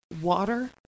water